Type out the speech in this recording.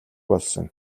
болсон